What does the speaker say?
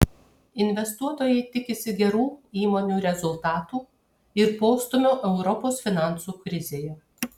investuotojai tikisi gerų įmonių rezultatų ir postūmio europos finansų krizėje